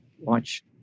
watch